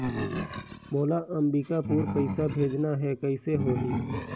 मोला अम्बिकापुर पइसा भेजना है, कइसे होही?